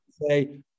say